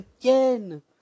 again